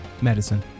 Medicine